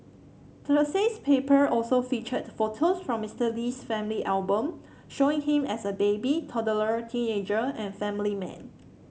Thursday's paper also featured photo from Mister Lee's family album showing him as a baby toddler teenager and family man